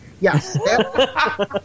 Yes